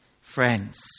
friends